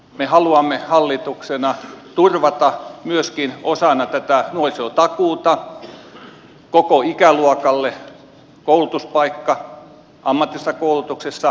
me haluamme hallituksena turvata myöskin osana tätä nuorisotakuuta koko ikäluokalle koulutuspaikan ammatillisessa koulutuksessa lukiossa